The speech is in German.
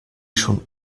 schon